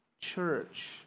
church